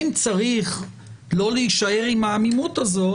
אם צריך לא להישאר עם העמימות הזאת,